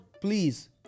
please